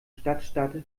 stadtstaat